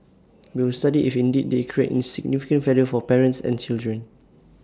will study if indeed they create an significant value for parents and children